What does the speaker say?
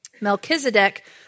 Melchizedek